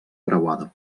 preuada